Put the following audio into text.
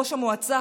ראש המועצה,